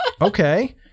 Okay